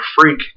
freak